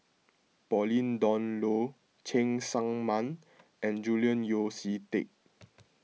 Pauline Dawn Loh Cheng Tsang Man and Julian Yeo See Teck